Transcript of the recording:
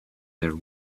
their